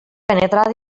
penetrar